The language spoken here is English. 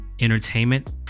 entertainment